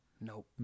Nope